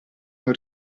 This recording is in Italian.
non